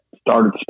started